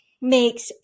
makes